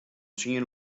tsien